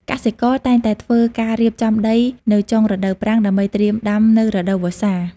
កសិករតែងតែធ្វើការរៀបចំដីនៅចុងរដូវប្រាំង ដើម្បីត្រៀមដាំនៅរដូវវស្សា។